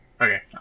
Okay